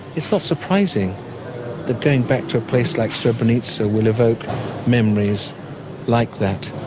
it's not surprising that going back to a place like srebrenica will evoke memories like that.